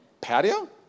Patio